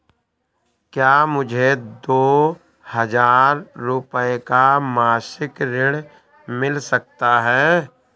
क्या मुझे दो हजार रूपए का मासिक ऋण मिल सकता है?